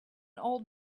old